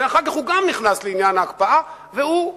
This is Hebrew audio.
אחר כך הוא גם נכנס לעניין ההקפאה, והוא הקפיא,